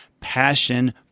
passion